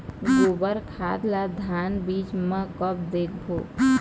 गोबर खाद ला धान बीज म कब देबो?